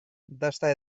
dasta